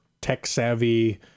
tech-savvy